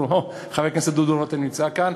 חבר הכנסת דודו רותם נמצא כאן,